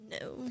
No